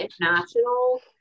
international